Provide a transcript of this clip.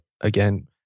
again